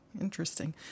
interesting